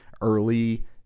early